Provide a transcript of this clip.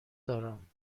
دارم